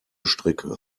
strecke